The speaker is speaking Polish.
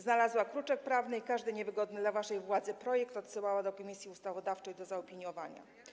Znajduje kruczek prawny i każdy niewygodny dla waszej władzy projekt odsyła do Komisji Ustawodawczej do zaopiniowania.